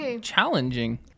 challenging